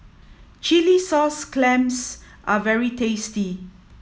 Chilli Sauce Clams are very tasty